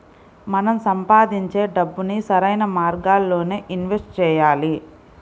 మనం సంపాదించే డబ్బుని సరైన మార్గాల్లోనే ఇన్వెస్ట్ చెయ్యాలి